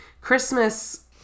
Christmas